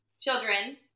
children